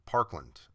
Parkland